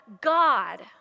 God